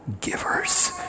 givers